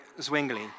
Zwingli